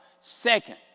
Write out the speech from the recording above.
second